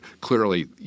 Clearly